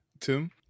Tim